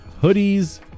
hoodies